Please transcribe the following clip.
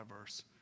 verse